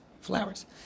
flowers